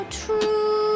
true